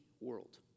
world